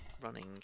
running